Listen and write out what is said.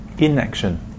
inaction